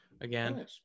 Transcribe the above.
again